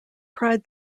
pride